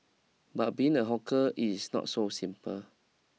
but being a hawker it's not so simple